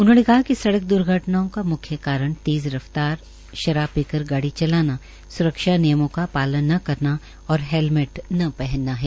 उन्होंने कहा कि सड़क द्र्घटनाओं का म्ख्य कारण तेज़ रफ्तार शराब पी गाड़ी चलाना स्रक्षा नियमों का पालन न करना और हैलमेट न पहनना है